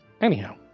Anyhow